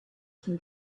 can